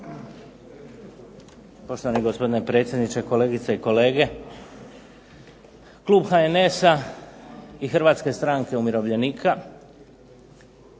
Poštovani gospodine predsjedniče, kolegice i kolege. Klub HNS-a i Hrvatske stranke umirovljenika